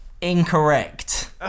incorrect